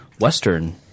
western